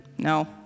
No